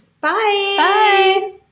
Bye